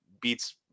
beats